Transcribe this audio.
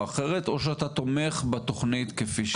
אחרת או שאתה תומך בתכנית כפי שהיא עכשיו?